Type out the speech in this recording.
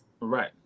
Right